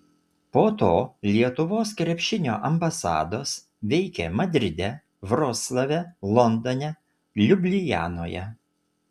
po to lietuvos krepšinio ambasados veikė madride vroclave londone liublianoje